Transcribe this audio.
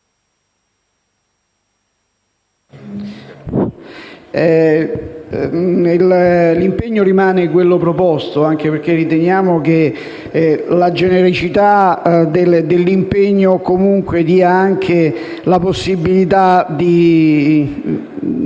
l'impegno rimane quello proposto, anche perché riteniamo che la genericità del medesimo dia comunque anche la possibilità di